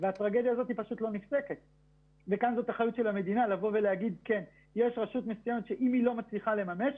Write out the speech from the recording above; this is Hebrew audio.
האחריות של המדינה היא לבוא ולהגיד שאם יש רשות מסוימת שלא מצליחה לממש,